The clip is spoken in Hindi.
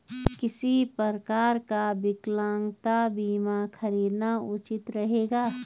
किस प्रकार का विकलांगता बीमा खरीदना उचित रहेगा?